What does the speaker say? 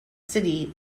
city